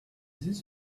this